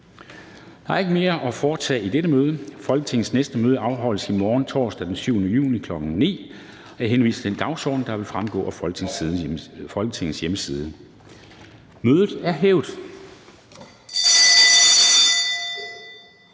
Der er ikke mere at foretage i dette møde. Folketingets næste møde afholdes i morgen, torsdag den 7. oktober 2021, kl. 9.00. Jeg henviser til den dagsorden, der vil fremgå af Folketingets hjemmeside. Kl.